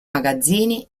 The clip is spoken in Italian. magazzini